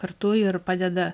kartu ir padeda